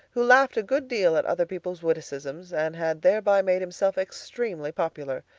who laughed a good deal at other people's witticisms, and had thereby made himself extremely popular.